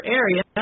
area